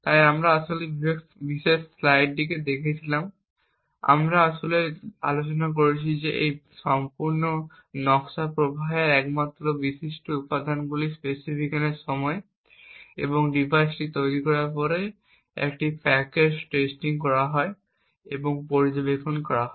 তাই আমরা আসলে এই বিশেষ স্লাইডটি দেখেছিলাম যেখানে আমরা আসলে আলোচনা করেছি যে এই সম্পূর্ণ নকশা প্রবাহের একমাত্র বিশ্বস্ত উপাদানগুলি স্পেসিফিকেশনের সময় এবং ডিভাইসটি তৈরি হওয়ার পরে এবং একটি প্যাকেজড টেস্টিং করা হয় এবং পর্যবেক্ষণ করা হয়